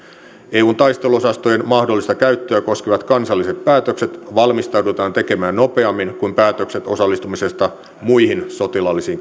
eun taisteluosastojen mahdollista käyttöä koskevat kansalliset päätökset valmistaudutaan tekemään nopeammin kuin päätökset osallistumisesta muihin sotilaallisiin